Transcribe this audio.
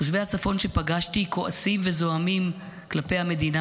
תושבי הצפון שפגשתי כועסים וזועמים כלפי המדינה,